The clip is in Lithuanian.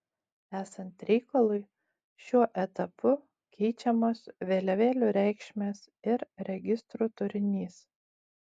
esant reikalui šiuo etapu keičiamos vėliavėlių reikšmės ir registrų turinys